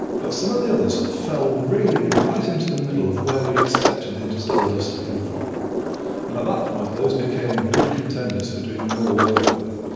but some of the others fell really right into the middle of where we expected the interstellar dust to come from. and at that point those became good contenders for doing more work with,